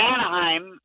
Anaheim